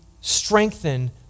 strengthen